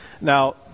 Now